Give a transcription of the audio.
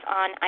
on